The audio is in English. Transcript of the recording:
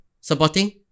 Supporting